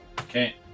Okay